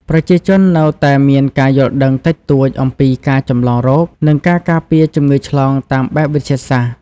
ប្រជាជននៅតែមានការយល់ដឹងតិចតួចអំពីការចម្លងរោគ និងការការពារជំងឺឆ្លងតាមបែបវិទ្យាសាស្ត្រ។